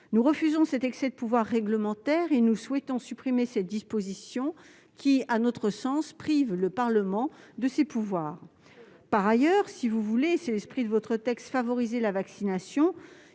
Nous refusons cet excès de pouvoir réglementaire et souhaitons supprimer cette disposition, qui, à notre sens, prive le Parlement de ses pouvoirs. Par ailleurs, si vous voulez, comme vous l'affirmez, favoriser la vaccination,